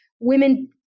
women